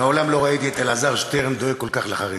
מעולם לא ראיתי את אלעזר שטרן דואג כל כך לחרדים.